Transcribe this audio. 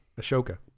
Ashoka